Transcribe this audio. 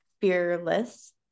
Fearless